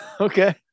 Okay